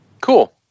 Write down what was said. Cool